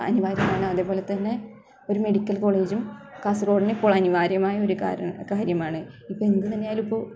അനിവാര്യമാണ് അതേപോലെ തന്നെ ഒരു മെഡിക്കൽ കോളേജും കാസർഗോടിന് ഇപ്പോൾ അനിവാര്യമായ ഒരു കാര്യമാണ് ഇപ്പോൾ എന്ത് തന്നെ ആയാലും ഇപ്പോൾ